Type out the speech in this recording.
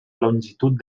longitud